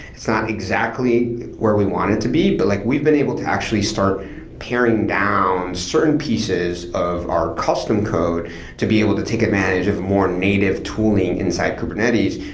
it's not exactly where we want it to be, but like we've been able to actually start paring down certain pieces of our custom code to be able to take advantage of more native tooling inside kubernetes.